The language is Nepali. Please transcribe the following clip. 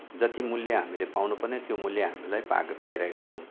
जति मूल्य हामीले पाउनुपर्ने त्यो मूल्य हामीलाई पाक पाइरहेको छौँ